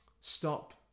stop